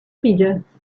pigeons